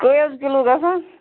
کٔہۍ حظ کِلوٗ گژھان